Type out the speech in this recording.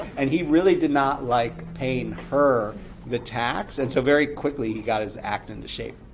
and he really did not like paying her the tax, and so very quickly he got his act into shape.